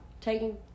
Taking